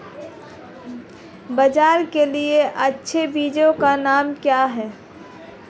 बाजरा के लिए अच्छे बीजों के नाम क्या हैं?